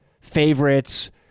favorites